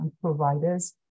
providers